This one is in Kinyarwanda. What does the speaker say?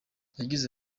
yagize